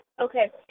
Okay